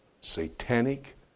satanic